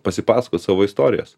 pasipasakot savo istorijas